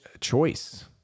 choice